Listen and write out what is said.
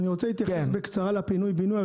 איתן פרנס, מאיגוד אנרגיה ירוקה, בבקשה.